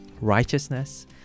righteousness